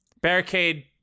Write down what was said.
Barricade